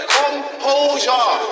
composure